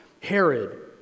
Herod